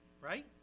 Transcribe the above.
right